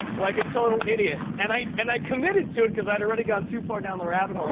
like a total idiot, and i and i committed to it, cause i'd already gone too far down the rabbit hole.